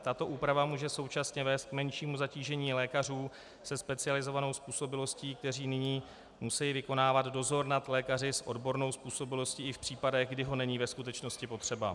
Tato úprava může současně vést k menšímu zatížení lékařů se specializovanou způsobilostí, kteří nyní musejí vykonávat dozor nad lékaři s odbornou způsobilostí i v případech, kdy ho není ve skutečnosti potřeba.